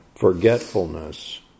forgetfulness